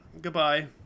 goodbye